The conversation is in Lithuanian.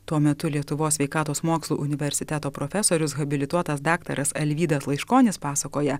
tuo metu lietuvos sveikatos mokslų universiteto profesorius habilituotas daktaras alvydas laiškonis pasakoja